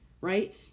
right